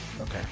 Okay